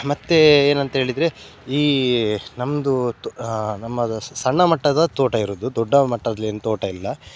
ಮತ್ತು ಏನು ಅಂತ ಹೇಳಿದ್ರೆ ಈ ನಮ್ಮದು ತೊ ನಮ್ಮದು ಸಣ್ಣ ಮಟ್ಟದ ತೋಟ ಇರೋದು ದೊಡ್ಡ ಮಟ್ಟದಲ್ಲಿ ಏನು ತೋಟ ಇಲ್ಲ